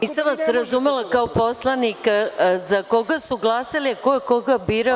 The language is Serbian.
Nisam vas razumela kao poslanika, za koga su glasali, a ko je koga birao?